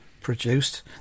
produced